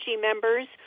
members